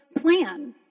plan